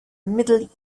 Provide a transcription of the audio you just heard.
middle